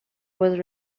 was